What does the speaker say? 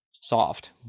soft